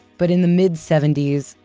but in the mid seventy s,